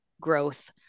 growth